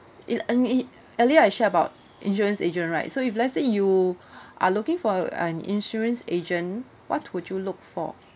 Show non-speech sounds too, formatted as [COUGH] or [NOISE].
it earn it earlier I share about insurance agent right so if let's say you [BREATH] are looking for a an insurance agent what would you look for